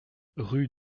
rue